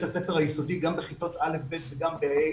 הספר היסודי גם בכיתות א'-ב' וגם ב-ה'.